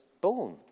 born